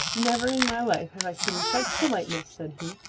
never in my life have i seen such politeness, said he.